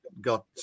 got